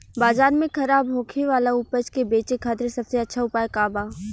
बाजार में खराब होखे वाला उपज के बेचे खातिर सबसे अच्छा उपाय का बा?